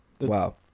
wow